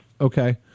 Okay